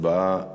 ההצבעה החלה,